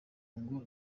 ngo